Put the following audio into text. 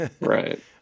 Right